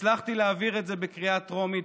הצלחתי להעביר את זה בקריאה הטרומית